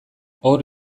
hor